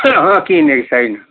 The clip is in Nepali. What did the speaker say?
अँहँ किनेको छैन